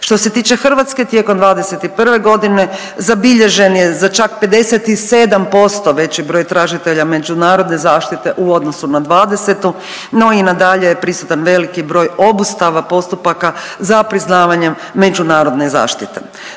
Što se tiče Hrvatske tijekom '21.g. zabilježen je za čak 57% veći broj tražitelja međunarodne zaštite u odnosu na '20., no i nadalje je prisutan veliki broj obustava postupaka za priznavanjem međunarodne zaštite.